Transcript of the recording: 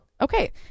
Okay